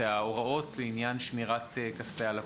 ההוראות לעניין שמירת כספי הלקוחות.